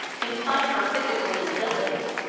in spite of her physical disabilities,